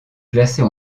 classée